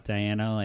Diana